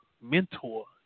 mentor